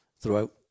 throughout